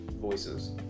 Voices